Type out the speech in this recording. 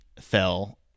fell